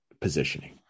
positioning